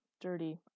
dirty